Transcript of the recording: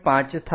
5 થાય